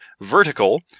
Vertical